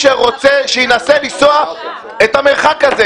שינסה לנסוע את המרחק הזה,